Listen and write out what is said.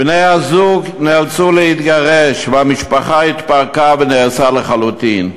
בני-הזוג נאלצו להתגרש והמשפחה התפרקה ונהרסה לחלוטין.